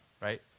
right